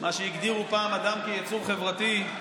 מה שהגדירו פעם אדם כיצור חברתי.